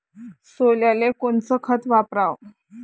सोल्याले कोनचं खत वापराव?